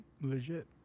Legit